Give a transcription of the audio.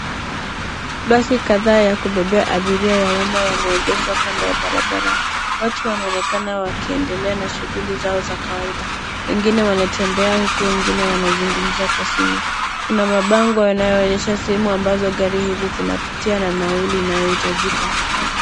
Basi kadha yakubebea abiria ya uma yameegeshwa kando ya barabara. Watu wanaonekana wakiendelea na shughuli zao za kawaida. Wengine wanatembea huku wengine wanazungumza kwa simu. Kuna mabango yanoyo onyesha sehemu ambapo gari hizi zinapitia na nauli inayo hitajika.